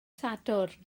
sadwrn